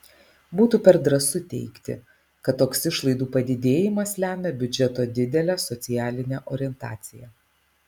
būtų per drąsu teigti kad toks išlaidų padidėjimas lemia biudžeto didelę socialinę orientaciją